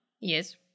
Yes